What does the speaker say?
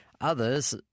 Others